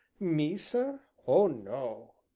me, sir oh no!